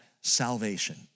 salvation